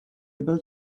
able